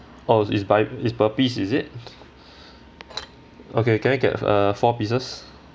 oh is by is per piece is it okay can I get err four pieces